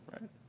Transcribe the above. right